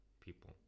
people